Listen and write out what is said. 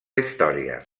història